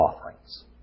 offerings